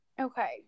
okay